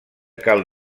cal